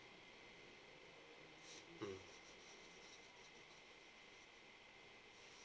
mm